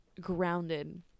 grounded